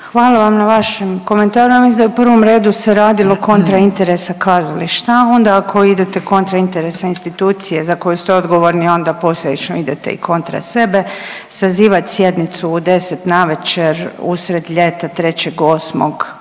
Hvala vam na vašem komentaru. Ja mislim da je u prvom redu se radilo kontra interesa kazališta, a onda ako idete kontra interesa institucije za koju ste odgovorni, a onda posljedično idete i kontra sebe. Sazivat sjednicu u deset navečer usred ljeta 3.8.